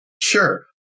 Sure